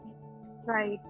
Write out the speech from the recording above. right